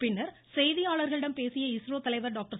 பின்னர் செய்தியாளர்களிடம் பேசிய இஸ்ரோ தலைவர் டாக்டர்